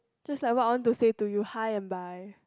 just like what I want to say to you hi and bye